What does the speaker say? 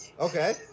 Okay